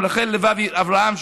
רחל לבבי אברהם,